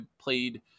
played